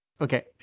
okay